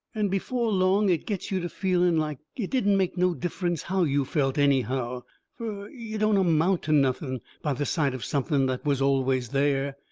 and before long it gets you to feeling like it didn't make no difference how you felt, anyhow fur you don't amount to nothing by the side of something that was always there.